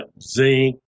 zinc